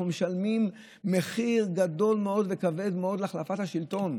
אנחנו משלמים מחיר גדול מאוד וכבד מאוד על החלפת השלטון.